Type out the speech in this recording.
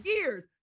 years